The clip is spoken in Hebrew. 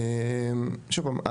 שוב פעם,